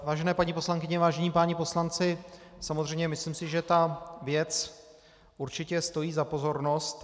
Vážené paní poslankyně, vážení páni poslanci, samozřejmě si myslím, že ta věc určitě stojí za pozornost.